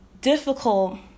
difficult